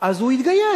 אז הוא יתגייס.